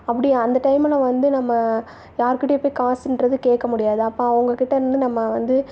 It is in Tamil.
அப்படி அந்த டைமில் வந்து நம்ம யார்க்கிட்டேயும் போய் காசுன்றது கேட்க முடியாது அப்போ அவங்ககிட்ட இருந்து நம்ம வந்து